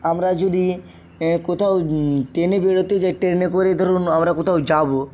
আমরা যদি কোথাও ট্রেনে বেরোতে চাই ট্রেনে করে ধরুন আমরা কোথাও যাবো